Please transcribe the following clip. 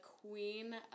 queen